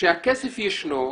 שהכסף ישנו,